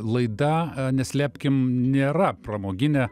laida neslėpkim nėra pramoginė